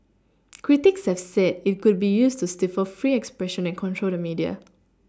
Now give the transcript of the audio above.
critics have said it could be used to stifle free expression and control the media